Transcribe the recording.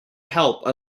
help